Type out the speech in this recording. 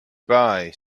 bye